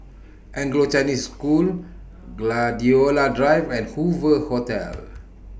Anglo Chinese School Gladiola Drive and Hoover Hotel